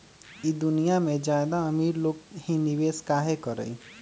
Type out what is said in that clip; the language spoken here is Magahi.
ई दुनिया में ज्यादा अमीर लोग ही निवेस काहे करई?